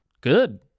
Good